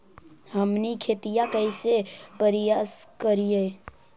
हमनी खेतीया कइसे परियास करियय?